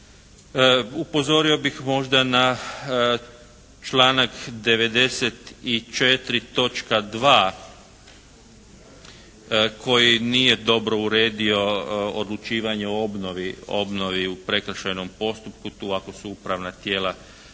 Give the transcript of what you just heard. Upozorio bih možda na članak 94. točka 2. koji nije dobro uredio odlučivanje o obnovi u prekršajnom postupku. Tu ako su upravna tijela odlučivala